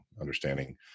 Understanding